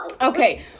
Okay